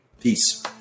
Peace